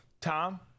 Tom